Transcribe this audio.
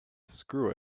screw